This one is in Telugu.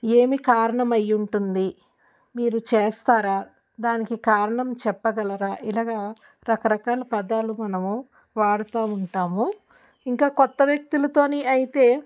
ఏమి కారణమై ఉంటుంది మీరు చేస్తారా దానికి కారణం చెప్పగలరా ఇలాగా రకరకాల పదాలు మనము వాడుతూ ఉంటాము ఇంకా కొత్త వ్యక్తులతోని అయితే